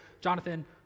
Jonathan